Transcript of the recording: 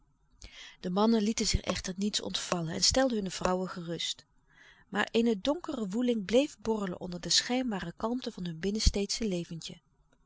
de stille kracht zich echter niets ontvallen en stelden hunne vrouwen gerust maar eene donkere woeling bleef borrelen onder de schijnbare kalmte van hun binnensteedsche leventje